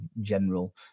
general